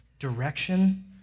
direction